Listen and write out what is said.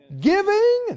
giving